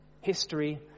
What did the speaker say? history